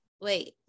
Wait